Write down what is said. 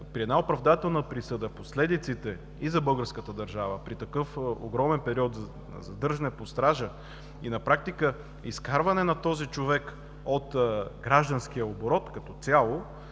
При една оправдателна присъда, последиците и за българската държава при такъв огромен период „задържане под стража“ и на практика изкарване на този човек от гражданския оборот като цяло,